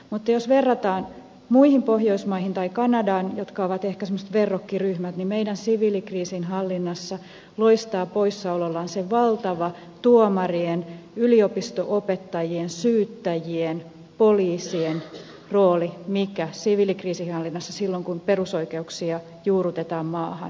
mutta jos verrataan muihin pohjoismaihin tai kanadaan jotka ovat ehkä semmoiset verrokkiryhmät meidän siviilikriisinhallinnassamme loistaa poissaolollaan se valtava tuomarien yliopisto opettajien syyttäjien poliisien rooli mikä siviilikriisinhallinnassa silloin kun perusoikeuksia juurrutetaan maahan tarvitaan